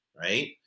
Right